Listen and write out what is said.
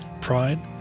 pride